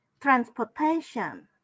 transportation